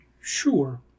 Sure